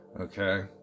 Okay